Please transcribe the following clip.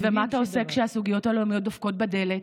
ומה אתה עושה כשהסוגיות הלאומיות דופקות בדלת?